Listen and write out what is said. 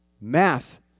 Math